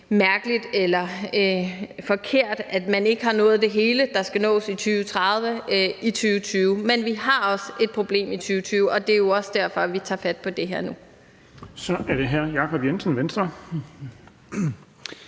mærkeligt eller forkert, at man ikke har nået alt det, der skal nås i 2030, i 2020. Men vi har også et problem i 2020, og det er jo også derfor, vi tager fat på det her nu. Kl. 13:57 Den